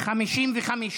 יאיר לפיד, יש עתיד.